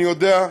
אני יודע.